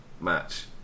match